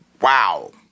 Wow